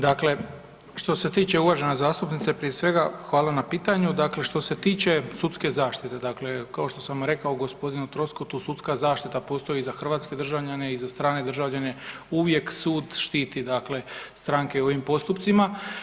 Dakle što se tiče, uvažena zastupnice prije svega hvala na pitanju, dakle što se tiče sudske zaštite, dakle kao što sam rekao gospodinu Troskotu, sudska zaštita postoji i za hrvatske državljane i za strane državljane, uvijek sud štiti dakle strane u ovim postupcima.